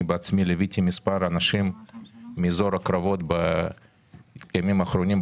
אני בעצמי ליוויתי מספר אנשים מאזור הקרבות בימים האחרונים,